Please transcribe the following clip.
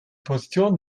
position